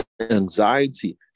anxiety